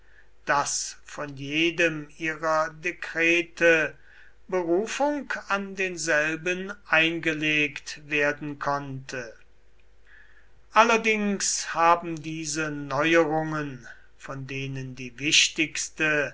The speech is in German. daß von jedem ihrer dekrete berufung an denselben eingelegt werden konnte allerdings haben diese neuerungen von denen die wichtigste